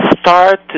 start